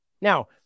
Now